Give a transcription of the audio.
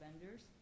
vendors